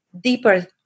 deeper